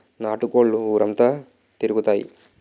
నాటు కోళ్లు ఊరంతా తిరుగుతాయి